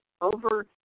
over